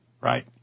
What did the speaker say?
Right